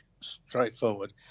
straightforward